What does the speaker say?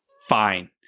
fine